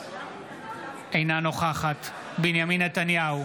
אינה נוכחת בנימין נתניהו,